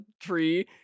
tree